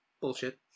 bullshit